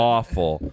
Awful